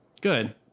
Good